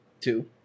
Two